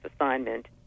assignment